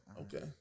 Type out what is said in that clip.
Okay